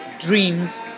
dreams